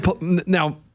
now